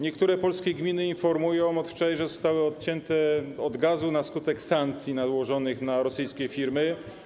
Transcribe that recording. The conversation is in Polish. Niektóre polskie gminy informują od wczoraj, że zostały odcięte od gazu na skutek sankcji nałożonych na rosyjskie firmy.